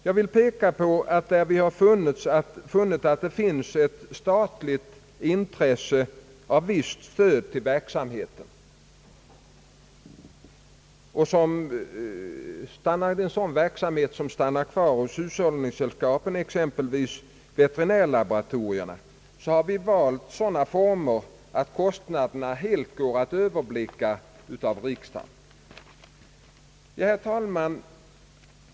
Jag vill peka på att där vi har funnit att det finns ett statligt intresse av visst stöd av sådan verksamhet som stannar kvar hos hushållningssällskapen, t.ex. veterinärlaboratorierna, har vi valt sådana former att kostnaderna helt går att överblicka av riksdagen. Herr talman!